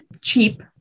cheap